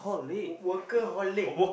wo~ workaholic